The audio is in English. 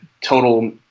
total